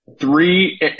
Three –